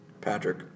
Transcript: Patrick